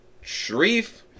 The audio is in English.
Sharif